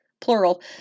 plural